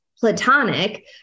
platonic